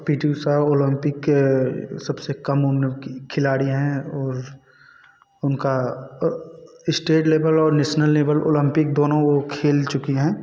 P T Usha Olympic के सब से कम उम्र की खिलाड़ी हैं और उनका स्टेट लेवल और नेसनल लेवल ओलंपिक दोनों वो खेल चुकी हैं